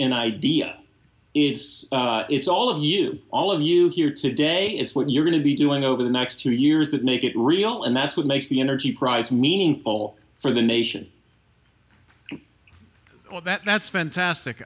an idea it's it's all of you all of you here today it's what you're going to be doing over the next two years that make it real and that's what makes the energy prize meaningful for the nation well that's fantastic